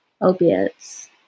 opiates